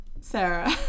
Sarah